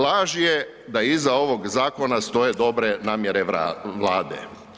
Laž je da iza ovog zakona stoje dobre namjere Vlade.